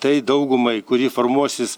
tai daugumai kuri formuosis